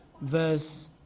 verse